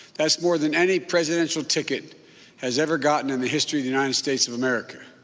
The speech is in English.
that's more than any presidential ticket has ever gotten in the history of the united states of america.